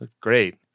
Great